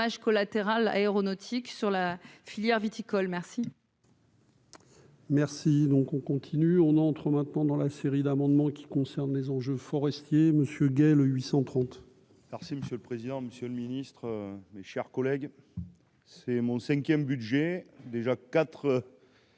collatéral aéronautique sur la filière viticole merci. Merci donc on continue, on entre maintenant dans la série d'amendements qui concerne les enjeux forestiers monsieur Guey, le 830. Alors si monsieur le président, Monsieur le Ministre, mes chers collègues, c'est mon 5ème budget déjà 4. Quatre,